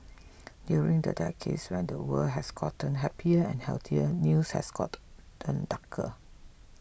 during the decades when the world has gotten happier and healthier news has got ten darker